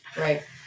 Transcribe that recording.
Right